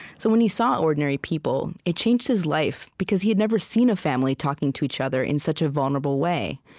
so when he saw ordinary people, it changed his life, because he had never seen a family talking to each other in such a vulnerable way.